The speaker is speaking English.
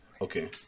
okay